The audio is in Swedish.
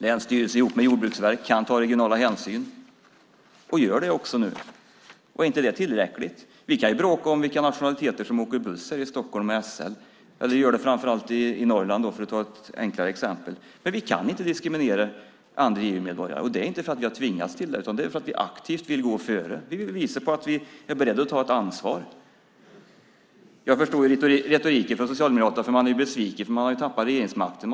Länsstyrelsen kan tillsammans med Jordbruksverket ta regionala hänsyn och gör det också. Är inte det tillräckligt? Vi kan ju bråka om vilka nationaliteter som åker buss med SL i Stockholm - eller åker buss i Norrland för att ta ett enklare exempel. Vi kan inte diskriminera andra EU-medborgare. Det är inte för att vi har tvingats till det. Det är för att vi aktivt vill gå före. Vi vill visa att vi är beredda att ta ansvar. Jag förstår retoriken från Socialdemokraterna. Man är besviken för att man har tappat regeringsmakten.